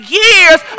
years